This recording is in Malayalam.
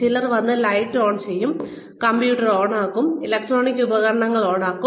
ചിലർ വന്ന് ലൈറ്റ് ഓൺ ചെയ്യും കമ്പ്യൂട്ടർ ഓണാക്കും ഇലക്ട്രോണിക് ഉപകരണങ്ങൾ ഓണാക്കും